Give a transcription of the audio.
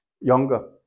younger